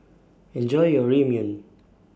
Enjoy your Ramyeon